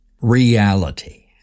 Reality